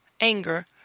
anger